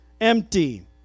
empty